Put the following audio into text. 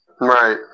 Right